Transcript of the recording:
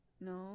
No